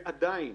ועדיין